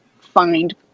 find